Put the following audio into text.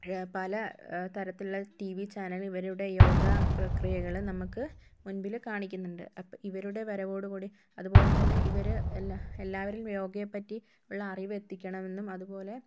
പല തരത്തിലുള്ള T V channel ഇവരുടെ യോഗാ പ്രക്രിയകള് നമുക്ക് മുൻപില് കാണിക്കുന്നുണ്ട് ഇവരുടെ വരവോടുകൂടി അതുപോലെത്തന്നെ ഇവര് എല്ലാവരിലും യോഗയെ പറ്റി ഉള്ള അറിവ് എത്തിക്കണമെന്നും അതുപോലെ